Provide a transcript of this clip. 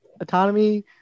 autonomy